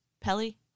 Pelly